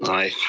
aye.